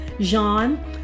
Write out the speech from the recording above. Jean